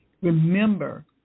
Remember